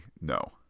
no